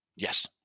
Yes